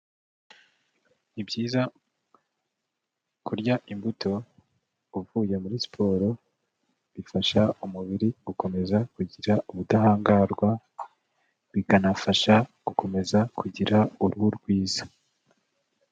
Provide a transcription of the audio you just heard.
Ni byiza kurya imbuto uvuye muri siporo bifasha umubiri gukomeza kugira ubudahangarwa, bikanafasha gukomeza kugira uruhu rwiza.